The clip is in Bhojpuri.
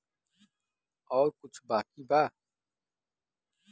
और कुछ बाकी बा?